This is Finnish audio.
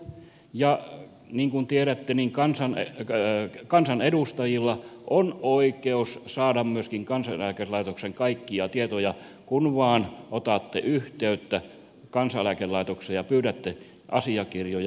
ja niin kuin tiedätte kansanedustajilla on oikeus saada kaikkia tietoja kansaneläkelaitoksesta kun vain otatte yhteyttä kansaneläkelaitokseen ja pyydätte asiakirjoja